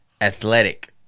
athletic